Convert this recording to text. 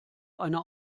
einer